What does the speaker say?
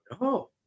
No